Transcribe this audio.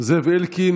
זאב אלקין,